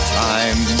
time